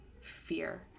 fear